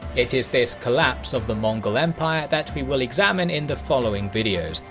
it is this collapse of the mongol empire that we will examine in the following videos,